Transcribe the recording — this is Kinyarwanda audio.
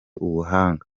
ubuhanga